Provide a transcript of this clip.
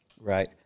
right